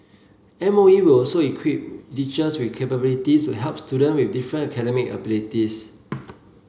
M O E will also equip teachers with capabilities to help student with different academic abilities